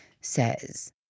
says